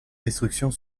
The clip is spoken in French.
destructions